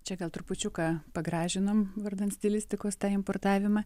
čia gal trupučiuką pagražinom vardan stilistikos tą importavimą